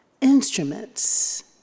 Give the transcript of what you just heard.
instruments